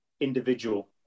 individual